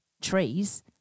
trees